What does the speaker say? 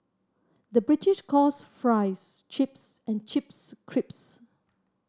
the British calls fries chips and chips crisps